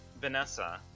Vanessa